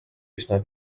üsna